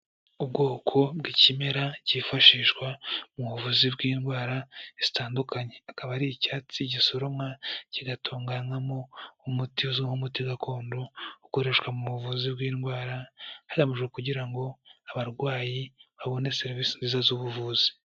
Ubwoko bw'ikimera kifashishwa mu buvuzi bw'indwara zitandukanye. Akaba ari icyatsi gisoromwa kigatunganywamo umuti uzwi nk'umuti gakondo ukoreshwa mu buvuzi bw'indwara, hagamijwe kugira ngo abarwayi babone serivisi nziza z'ubuvuzi.